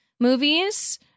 movies